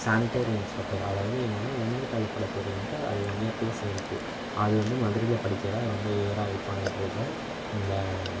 sanitary inspector அதாவது என்னென்னா உணவு கலப்பட துறைன்னுட்டு அது ஒன் இயர் கோர்ஸ் இருக்குது அது வந்து மதுரையில் படிக்க தான் ரொம்ப ஈகராக வெயிட் பண்ணிட்டு இருக்கேன்